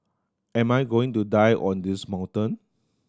am I going to die on this mountain